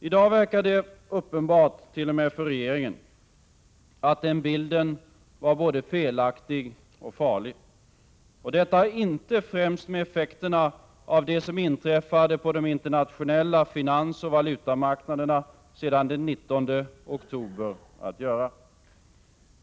I dag verkar det uppenbart t.o.m. för regeringen att den bilden var både felaktig och farlig. Och detta har inte främst med effekterna av det som inträffat på de internationella finansoch valutamarknaderna sedan den 19 oktober att göra.